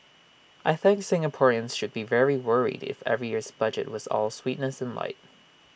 I think Singaporeans should be very worried if every year's budget was all sweetness and light